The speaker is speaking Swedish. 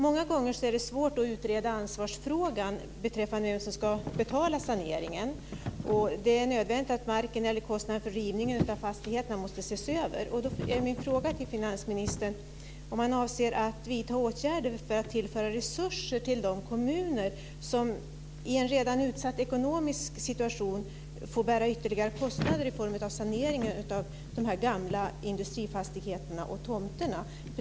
Många gånger är det svårt att utreda ansvarsfrågan beträffande vem som ska betala saneringen. Det är nödvändigt att detta med marken och kostnaden för rivningen av fastigheten måste ses över. Då är min fråga till finansministern om han avser att vidta åtgärder för att tillföra resurser till de kommuner som i en redan utsatt ekonomisk situation får bära ytterligare kostnader för saneringen av de gamla industrifastigheterna och tomterna.